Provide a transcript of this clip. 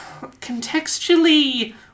contextually